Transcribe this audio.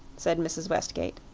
said mrs. westgate.